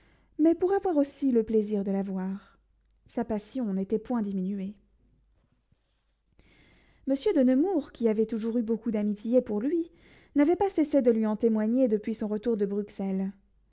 mais pour avoir aussi le plaisir de la voir sa passion n'était point diminuée monsieur de nemours qui avait toujours eu beaucoup d'amitié pour lui n'avait pas cessé de lui en témoigner depuis son retour de bruxelles